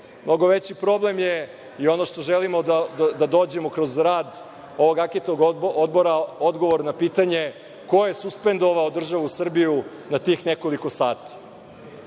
Mnogo veći problem je, ono što želimo da dođemo kroz rad ovog anketnog odbora, odgovor na pitanje – ko je suspendovao državu Srbiju na tih nekoliko sati?